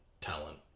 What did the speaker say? talent